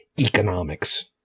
economics